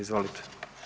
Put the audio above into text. Izvolite.